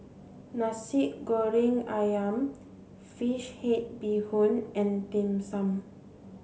Nasi Goreng Ayam fish head bee hoon and dim sum